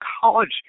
college